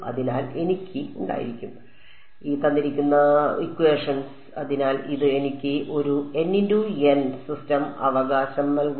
അതിനാൽ എനിക്ക് ഉണ്ടായിരിക്കും അതിനാൽ ഇത് എനിക്ക് ഒരു സിസ്റ്റം അവകാശം നൽകും